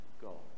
go